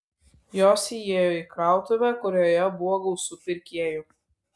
jos įėjo į krautuvę kurioje buvo gausu pirkėjų